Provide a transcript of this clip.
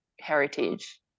heritage